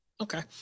Okay